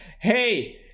hey